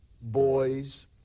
boys